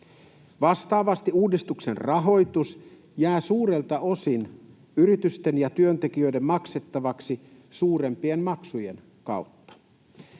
Vastaavasti uudistuksen rahoitus jää suurelta osin yritysten ja työntekijöiden maksettavaksi suurem-pien maksujen kautta.